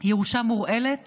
ירושה מורעלת